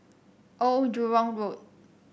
Old Jurong Road